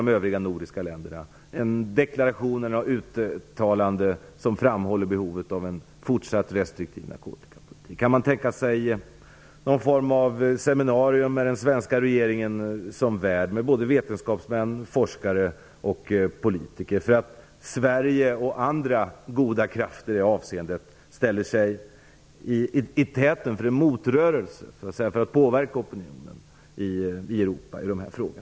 Det skulle kunna vara en deklaration eller ett uttalande som framhåller behovet av en fortsatt restriktiv narkotikapolitik. Kan man tänka sig någon form av seminarium med både vetenskapsmän, forskare och politiker, där den svenska regeringen är värd? Sverige och andra i det avseendet goda krafter skulle kunna ställa sig i täten för en motrörelse när det gäller att påverka opinionen i Europa i dessa frågor.